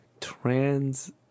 trans